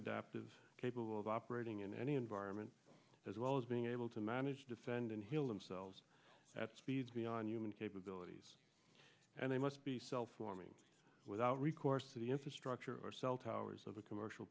adaptive capable of operating in any environment as well as being able to manage defend and heal themselves at speeds beyond human capabilities and they must be self forming without recourse to the infrastructure or cell towers of a commercial